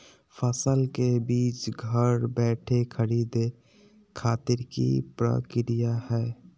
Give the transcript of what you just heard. फसल के बीज घर बैठे खरीदे खातिर की प्रक्रिया हय?